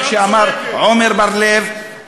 איך שאמר עמר בר-לב.